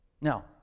Now